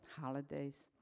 holidays